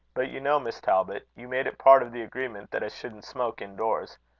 but you know, miss talbot, you made it part of the agreement that i shouldn't smoke indoors.